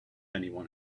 anyone